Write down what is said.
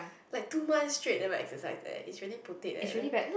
like two months straight never exercise eh is really putate eh then